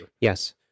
yes